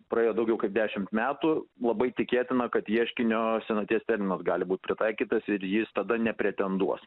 praėjo daugiau kaip dešimt metų labai tikėtina kad ieškinio senaties terminas gali būti pritaikytas ir jis tada nepretenduos